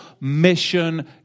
mission